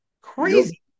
Crazy